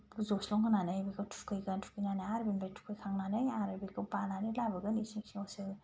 जस्लंहोनानै बिखौ थुखैगोन थुखैनानै आरो बिनिफ्राय थुखैखांनानै आरो बिखौ बानानै लाबोगोन इसिं सिङाव सोगोन